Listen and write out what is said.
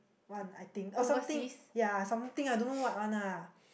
one I think or something ya something I don't know what one ah